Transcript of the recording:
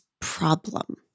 problem